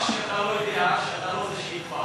מה שאתה לא יודע הוא שאתה לא זה שיקבע.